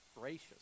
gracious